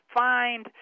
find